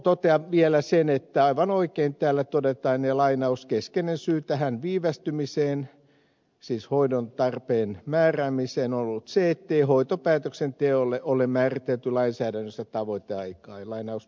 totean vielä sen että aivan oikein täällä todetaan että keskeinen syy tähän viivästymiseen siis hoidon tarpeen määräämiseen on ollut se ettei hoitopäätöksen teolle ole määritelty lainsäädännössä tavoiteaikaa